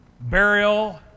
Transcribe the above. burial